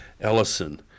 Ellison